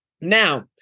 Now